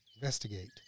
Investigate